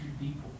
people